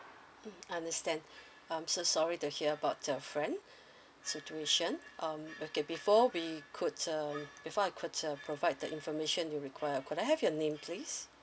mm understand I'm so sorry to hear about your friend situation um okay before we could uh before I could uh provide the information you require could I have your name please